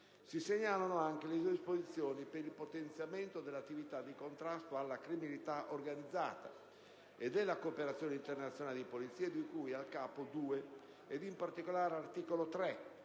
Si segnalano anche le disposizioni per il potenziamento dell'attività di contrasto alla criminalità organizzata e della cooperazione internazionale di polizia di cui al capo II, ed in particolare l'articolo 3,